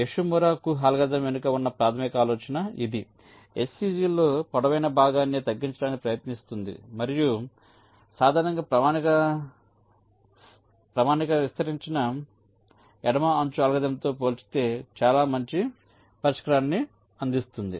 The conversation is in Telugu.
యోషిమురా కుహ్ అల్గోరిథం వెనుక ఉన్న ప్రాథమిక ఆలోచన ఇది HCG లో పొడవైన భాగాన్ని తగ్గించడానికి ప్రయత్నిస్తుంది మరియు సాధారణంగా ప్రామాణిక విస్తరించిన ఎడమ అంచు అల్గోరిథంతో పోల్చితే చాలా మంచి పరిష్కారాన్ని అందిస్తుంది